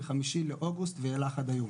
מחמישי לאוגוסט ואילך עד היום.